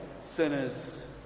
sinners